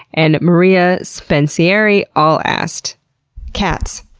and mara spensieri all asked cats.